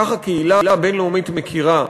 כך הקהילה הבין-לאומית מכירה,